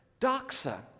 doxa